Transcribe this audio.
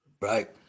Right